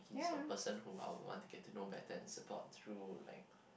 he is the person who I would want to get to know better and support through like